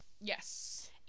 Yes